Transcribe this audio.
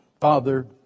Father